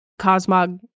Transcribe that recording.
Cosmog